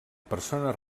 persones